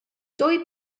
dwy